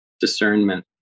Discernment